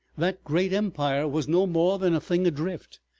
that great empire was no more than a thing adrift,